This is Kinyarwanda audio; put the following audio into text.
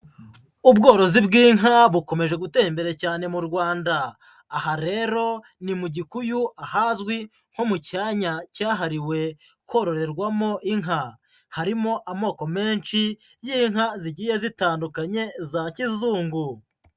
Ubworozi bw'inka bukomeje gutera imbere cyane mu Rwanda aha rero ni mu gikuyu ahazwi nko mu cyanya cyahariwe kororerwamo inka harimo amoko menshi y'inka zigiye zitandukanye za kizungu.